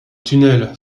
tunnel